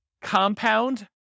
compound